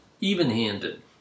even-handed